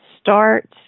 start